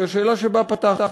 היא השאלה שבה פתחתי: